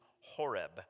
Horeb